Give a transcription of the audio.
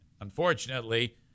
Unfortunately